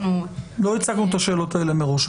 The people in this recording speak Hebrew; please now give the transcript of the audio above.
לא הצגנו את השאלות האלה מראש,